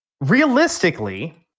realistically